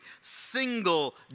single